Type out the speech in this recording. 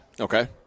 Okay